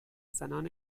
زنان